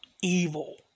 evil